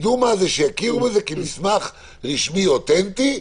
שיכירו בזה כמסמך רשמי אותנטי,